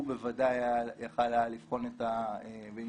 הוא בוודאי יכול היה לבחון ולמצוא,